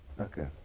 Okay